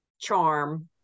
charm